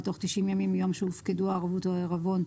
בתוך 90 ימים מיום שהופקדו הערבות או העירבון,